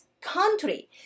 country